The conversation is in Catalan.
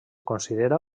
considera